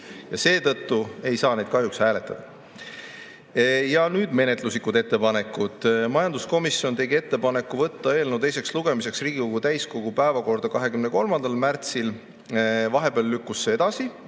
Seetõttu ei saa neid kahjuks hääletada. Ja nüüd menetluslikud ettepanekud. Majanduskomisjon tegi ettepaneku võtta eelnõu teiseks lugemiseks Riigikogu täiskogu päevakorda 23. märtsil. Vahepeal lükkus see edasi,